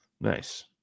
nice